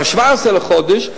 ב-17 בחודש,